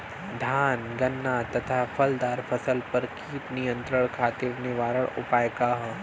धान गन्ना तथा फलदार फसल पर कीट नियंत्रण खातीर निवारण उपाय का ह?